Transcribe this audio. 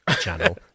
channel